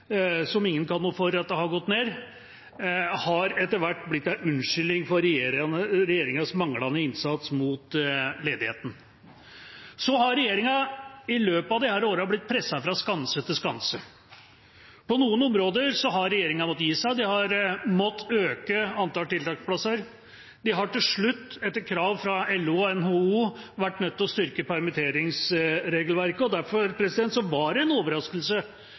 som ingen kan noe for at har gått ned, har etter hvert blitt en unnskyldning for regjeringas manglende innsats mot ledigheten. Regjeringa har i løpet av disse årene blitt presset fra skanse til skanse. På noen områder har regjeringa måttet gi seg. De har måttet øke antall tiltaksplasser. De har til slutt, etter krav fra LO og NHO, vært nødt til å styrke permitteringsregelverket. Derfor var det en overraskelse